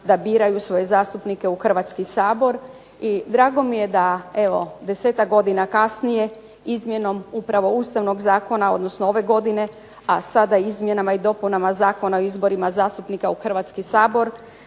da biraju svoje zastupnike u Hrvatski sabor. I drago mi je da evo desetak godina kasnije izmjenom upravo Ustavnog zakona odnosno ove godine, a sada izmjenama i dopunama Zakona o izborima zastupnika u Hrvatski sabor